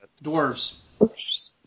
Dwarves